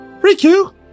Riku